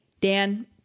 Dan